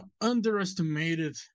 underestimated